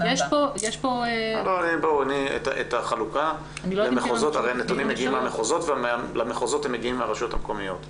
הרי הנתונים מגיעים מהמחוזות ולמחוזות הם מגיעים מהרשויות המקומיות.